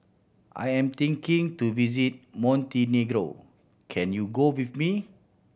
I am thinking to visiting Montenegro can you go with me